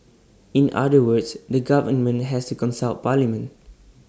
in other words the government has to consult parliament